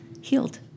healed